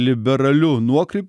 liberaliu nuokrypiu